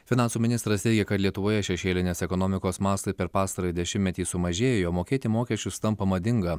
finansų ministras teigia kad lietuvoje šešėlinės ekonomikos mastai per pastarąjį dešimtmetį sumažėjo mokėti mokesčius tampa madinga